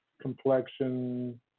complexion